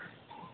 एन्नो देब